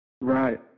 Right